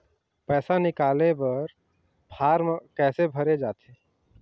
पैसा निकाले बर फार्म कैसे भरे जाथे?